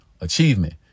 achievement